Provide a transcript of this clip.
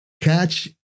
catch